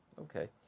Okay